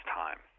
time